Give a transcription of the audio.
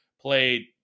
played